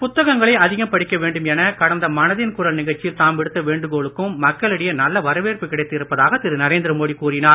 புத்தகங்களை அதிகம் படிக்க வேண்டும் என கடந்த மனதின் குரல் நிகழ்ச்சியில் தாம் விடுத்த வேண்டுகோளுக்கும் மக்களிடையே நல்ல வரவேற்பு கிடைத்து இருப்பதாக திரு நரேந்திர மோடி கூறினார்